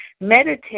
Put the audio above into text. meditate